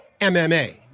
MMA